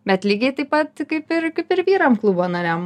bet lygiai taip pat kaip ir kaip ir vyram klubo nariam